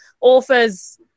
authors